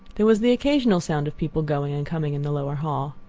there was the occasional sound of people going and coming in the lower hall.